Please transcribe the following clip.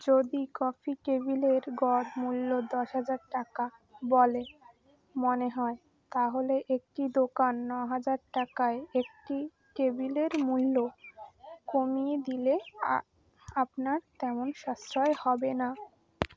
যদি কফি টেবিলের গড় মূল্য দশ হাজার টাকা বলে মনে হয় তাহলে একটি দোকান ন হাজার টাকায় একটি টেবিলের মূল্য কমিয়ে দিলে আপনার তেমন সাশ্রয় হবে না